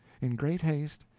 in great haste,